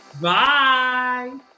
Bye